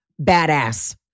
Badass